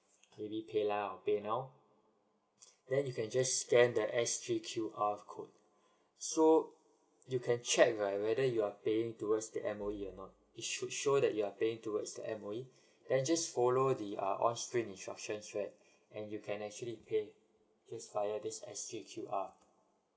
fully paylah or paynow then you can just scan the S_G_Q_R code so you can check right whether you are paying towards the M_O_E or not it should show that you are paying towards the M_O_E then just follow the uh on screen instruction right and you can actually pay fee via this S_G_Q_R